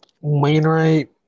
Wainwright